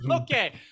Okay